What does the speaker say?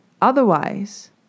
Otherwise